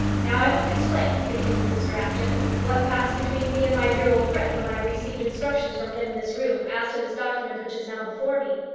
now i must explain, continued mr apjohn, what passed between me and my dear old friend when i received instructions from him in this room as to this document which is now before me.